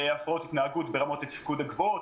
הפרעות התנהגות ברמות התפקוד הגבוהות,